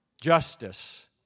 justice